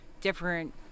different